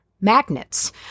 magnets